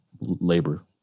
labor